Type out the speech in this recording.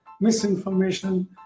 misinformation